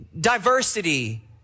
diversity